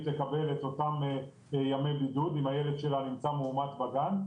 לקבל את אותם ימי בידוד אם הילד שלה מאומת בגן,